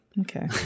Okay